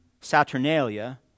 Saturnalia